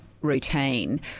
routine